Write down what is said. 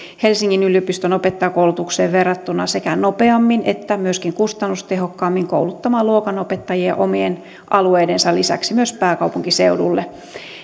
helsingin yliopiston opettajakoulutukseen verrattuna sekä nopeammin että myöskin kustannustehokkaammin kouluttamaan luokanopettajia omien alueiden lisäksi myös pääkaupunkiseudulle